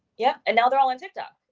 yeah. and now they're all in tik tok.